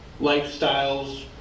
lifestyles